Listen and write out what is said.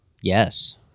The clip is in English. Yes